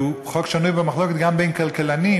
שהוא חוק שנוי במחלוקת גם בין כלכלנים,